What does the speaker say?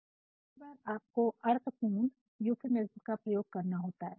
Refer Slide Time 2039 कई बार आपको अर्थ पूर्ण यूफिमिज़्म का प्रयोग करना होता है